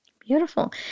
Beautiful